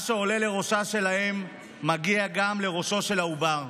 מה שעולה לראשה של האם מגיע גם לראשו של העובר,